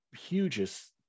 hugest